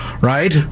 Right